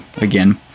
again